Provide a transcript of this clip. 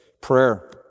prayer